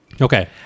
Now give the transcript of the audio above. Okay